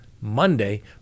Monday